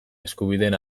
eskubideen